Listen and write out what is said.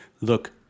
look